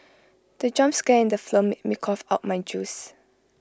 the jump scare in the made me cough out my juice